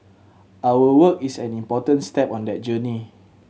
our work is an important step on that journey